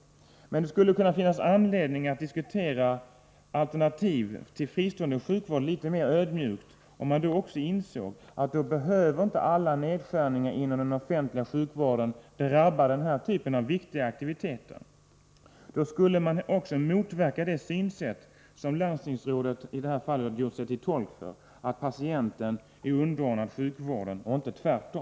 Men det skulle kunna finnas anledning att diskutera alternativ Nr 156 till fristående sjukvård litet mer ödmjukt, om man då insåg att alla E >=> Måndagen den nedskärningar inom den offentliga sjukvården inte behöver drabba den här 28 maj 1984 typen av viktig aktivitet. Genom detta skulle man också motverka det synsätt s som landstingsrådet i det här fallet har gjort sig till tolk för, att patienten är Om för tidigt födda underordnad sjukvården och inte tvärtom.